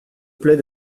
plaît